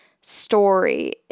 story